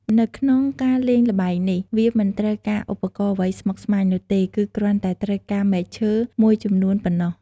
នៅក្នុងការលេងល្បែងនេះ វាមិនត្រូវការឧបករណ៍អ្វីស្មុគស្មាញនោះទេ គឺគ្រាន់តែត្រូវការ មែកឈើ មួយចំនួនប៉ុណ្ណោះ។